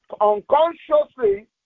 unconsciously